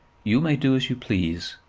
you may do as you please.